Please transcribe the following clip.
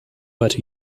but